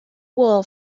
wool